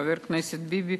חבר הכנסת ביבי,